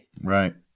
Right